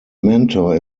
mentor